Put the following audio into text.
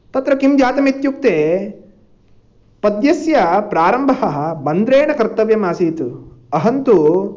तत्र किं जातमित्युक्ते पद्यस्य प्रारम्भः मन्द्रेण कर्तव्यमासीत् अहं तु